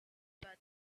but